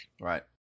Right